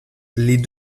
les